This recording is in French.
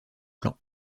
plan